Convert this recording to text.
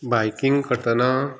biking करतना